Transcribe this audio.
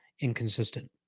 inconsistent